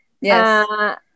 Yes